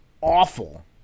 awful